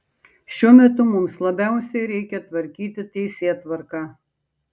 šiuo metu mums labiausiai reikia tvarkyti teisėtvarką